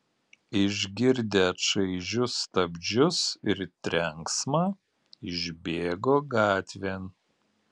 išgirdę čaižius stabdžius ir trenksmą išbėgo gatvėn